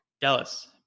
Jealous